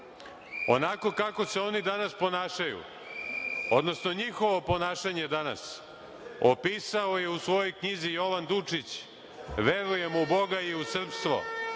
kako se oni danas ponašaju, odnosno njihovo ponašanje danas opisao je u svojoj knjizi Jovan Dučić „verujem u Boga i u srpstvo“.